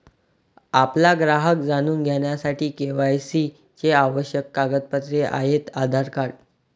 आपला ग्राहक जाणून घेण्यासाठी के.वाय.सी चे आवश्यक कागदपत्रे आहेत आधार कार्ड